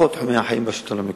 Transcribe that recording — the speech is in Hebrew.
בכל תחומי החיים בשלטון המקומי,